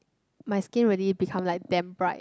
my skin really become like damn bright